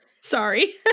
Sorry